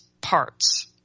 parts